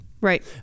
Right